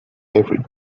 every